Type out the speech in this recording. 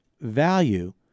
value